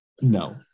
No